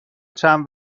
چند